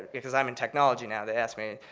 because i'm in technology now, they ask me,